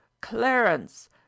clarence